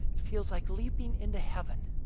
it feels like leaping into heaven.